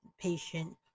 patient